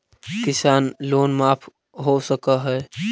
किसान लोन माफ हो सक है?